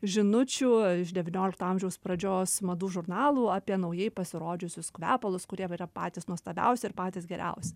žinučių iš devyniolikto amžiaus pradžios madų žurnalų apie naujai pasirodžiusius kvepalus kurie yra patys nuostabiausi ir patys geriausi